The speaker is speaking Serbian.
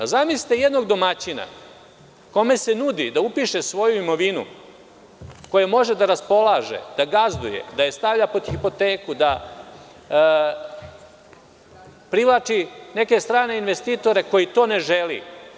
Zamislite jednog domaćina kome se nudi da upiše svoju imovinu, kojom može da raspolaže, da gazduje, da je stavlja pod hipoteku, da privlači neke strane investitore koji to ne žele.